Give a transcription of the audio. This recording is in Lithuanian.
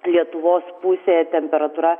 lietuvos pusėje temperatūra